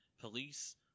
Police